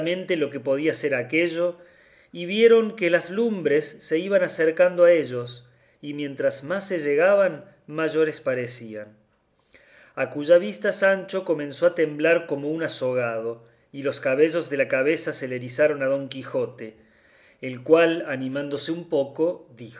lo que podía ser aquello y vieron que las lumbres se iban acercando a ellos y mientras más se llegaban mayores parecían a cuya vista sancho comenzó a temblar como un azogado y los cabellos de la cabeza se le erizaron a don quijote el cual animándose un poco dijo